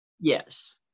Yes